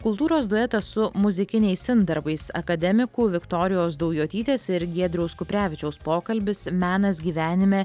kultūros duetas su muzikiniais intarpais akademikų viktorijos daujotytės ir giedriaus kuprevičiaus pokalbis menas gyvenime